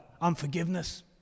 unforgiveness